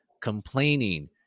complaining